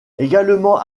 également